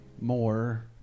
more